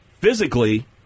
physically